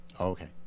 okay